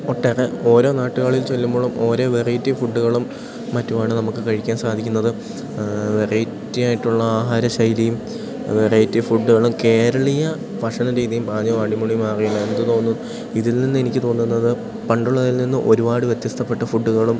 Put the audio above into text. ഒട്ടേറെ ഓരോ നാട്ടുകളിൽ ചെല്ലുമ്പോഴും ഒട്ടേറെ വെറൈറ്റി ഫുഡ്ഡുകളും മറ്റുമാണ് നമുക്ക് കഴിക്കാൻ സാധിക്കുന്നത് വെറൈറ്റി ആയിട്ടുള്ള ആഹാരശൈലിയും വെറൈറ്റി ഫുഡ്ഡുകളും കേരളീയ ഭക്ഷണ രീതിയും പാചകവും അടിമുടി മാറിയെന്നെനിക്ക് തോന്നുന്നു ഇതിൽ നിന്ന് എനിക്ക് തോന്നുന്നത് പണ്ടുള്ളതിൽ നിന്ന് ഒരുപാട് വ്യത്യസ്തപ്പെട്ട ഫുഡ്ഡുകളും